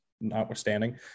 notwithstanding